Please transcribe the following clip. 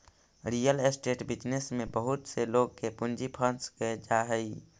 real estate business में बहुत से लोग के पूंजी फंस जा हई